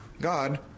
God